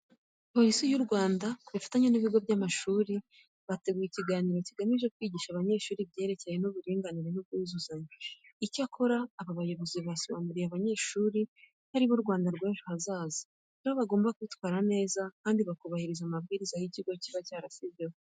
Polisi y'u Rwanda ku bufatanye n'ibigo by'amashuri, bateguye ikiganiro kigamije ku kwigisha abanyeshuri ibyerekerenye n'uburinganire n'ubwuzuzanye. Icyakora aba bayobozi basobanuriye abanyeshuri ko ari bo Rwanda rw'ejo hazaza. Rero, bagomba kwitwara neza kandi bakubahiriza amabwiriza ikigo kiba cyarashyizeho.